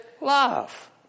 love